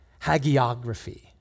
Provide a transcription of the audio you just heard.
hagiography